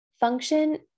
function